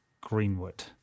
Greenwood